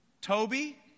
Toby